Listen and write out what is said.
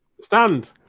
stand